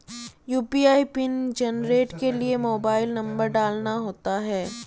UPI pin generate के लिए mobile number डालना होता है